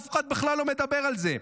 אף אחד בכלל לא מדבר על זה.